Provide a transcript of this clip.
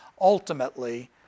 ultimately